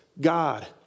God